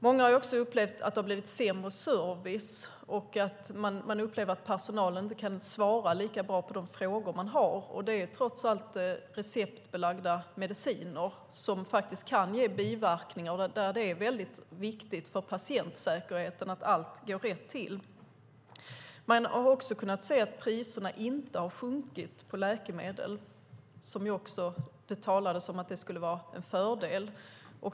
Många har också upplevt att det har blivit sämre service. Människor upplever att personalen inte kan svara lika bra på frågor de har. Det är trots allt receptbelagda mediciner som kan ge biverkningar där det är väldigt viktigt för patientsäkerheten att allt går rätt till. Man har också kunnat se att priserna inte har sjunkit på läkemedel. Det talades om att det skulle vara en fördel.